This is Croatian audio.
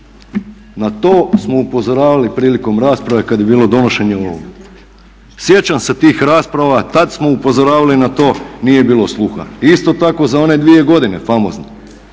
na to smo upozoravali prilikom rasprave kada je bilo donošenje ovog. Sjećam se tih rasprava, tada smo upozoravali na to, nije bilo sluha. I isto tako za one dvije godine famozne.